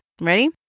Ready